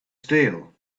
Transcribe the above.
steel